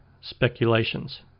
speculations